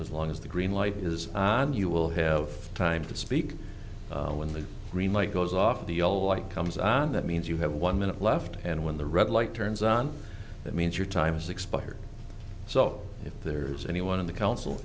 as long as the green light is i don't you will have time to speak when the green light goes off the yellow light comes on that means you have one minute left and when the red light turns on that means your time has expired so if there's anyone in the council